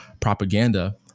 propaganda